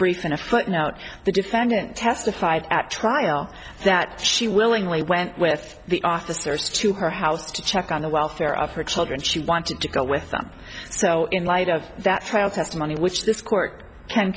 brief in a footnote the defendant testified at trial that she willingly went with the officers to her house to check on the welfare of her children she wanted to go with them so in light of that trial testimony which this court can